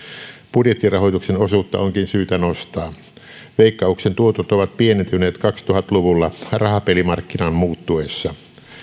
budjettirahoituksen osuutta onkin syytä nostaa veikkauksen tuotot ovat pienentyneet kaksituhatta luvulla rahapelimarkkinan muuttuessa